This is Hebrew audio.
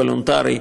וולונטרי,